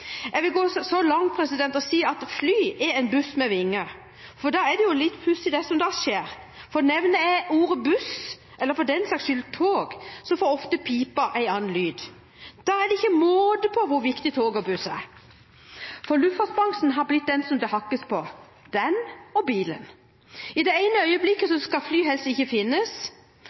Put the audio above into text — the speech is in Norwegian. Jeg vil gå så langt som å si at et fly er en buss med vinger. Og da er det jo litt pussig, det som skjer når jeg nevner ordet «buss» eller for den saks skyld «tog». Da får ofte pipen en annen lyd. Da er det ikke måte på hvor viktig tog og buss er. Luftfartsbransjen er blitt det som det hakkes på – den og bilen. I det ene øyeblikket skal fly helst ikke finnes,